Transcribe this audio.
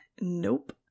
Nope